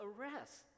arrest